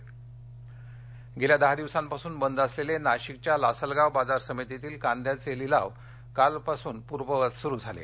कांदा नाशिक गेल्या दहा दिवसांपासून बंद असलेले नाशिकच्या लासलगाव बाजार समितीतील कांद्याचे लिलाव कालपासून पूर्ववत सुरू झाले